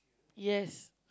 yes